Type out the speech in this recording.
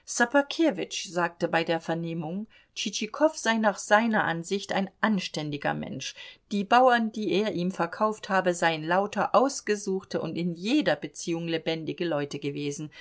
sagte bei der vernehmung tschitschikow sei nach seiner ansicht ein anständiger mensch die bauern die er ihm verkauft habe seien lauter ausgesuchte und in jeder beziehung lebendige leute gewesen